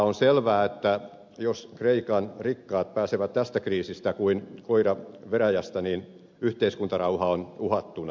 on selvää että jos kreikan rikkaat pääsevät tästä kriisistä kuin koira veräjästä yhteiskuntarauha on uhattuna